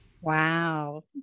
Wow